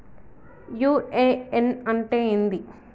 UAN అంటే ఏంది?